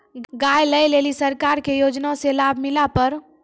गाय ले ली सरकार के योजना से लाभ मिला पर?